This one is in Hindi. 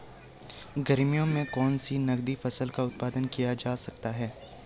गर्मियों में कौन सी नगदी फसल का उत्पादन किया जा सकता है?